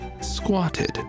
squatted